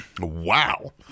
Wow